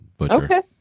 Okay